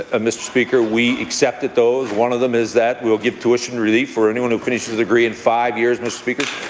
ah mr. speaker. we accepted those. one of them is that we'll give tuition relief for anyone who finishes a degree in five years, mr. speaker.